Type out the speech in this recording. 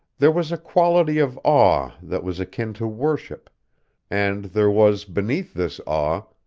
there was a quality of awe that was akin to worship and there was, beneath this awe,